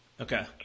Okay